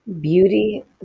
Beauty